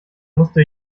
musste